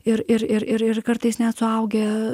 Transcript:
ir ir ir ir ir kartais net suaugę